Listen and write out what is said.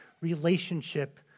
relationship